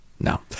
No